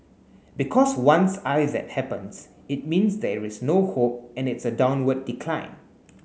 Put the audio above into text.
because once I that happens it means there is no hope and it's a downward decline